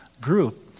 group